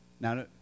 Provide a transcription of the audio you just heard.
Now